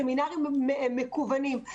סמינרים מקוונים.